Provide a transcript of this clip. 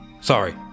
Sorry